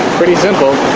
pretty simple